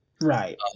Right